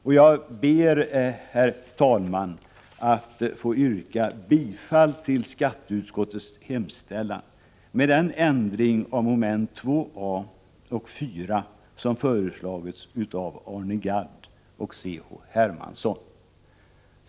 Jag ber, herr talman, att få yrka bifall till skatteutskottets hemställan med den ändring av momenten 2 a) och 4 som föreslagits av Arne Gadd och C.-H. Hermansson.